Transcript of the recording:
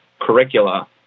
curricula